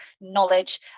knowledge